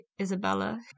Isabella